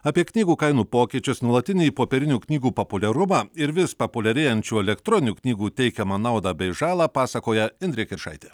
apie knygų kainų pokyčius nuolatinį popierinių knygų populiarumą ir vis populiarėjančių elektroninių knygų teikiamą naudą bei žalą pasakoja indrė kiršaitė